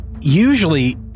Usually